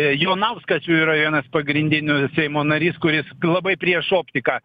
jonauskas jų yra vienas pagrindinių seimo narys kuris labai prieš optiką